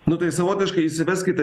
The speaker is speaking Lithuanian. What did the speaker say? nu tai savotiškai įsiveskite